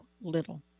little